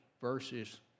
versus